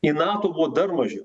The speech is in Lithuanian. į nato buvo dar mažiau